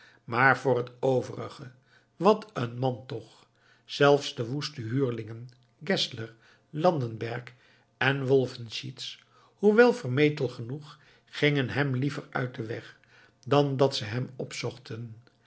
maar voor het overige wat een man toch zelfs de woeste huurlingen geszler landenberg en wolfenschiez hoewel vermetel genoeg gingen hem liever uit den weg dan dat ze hem opzochten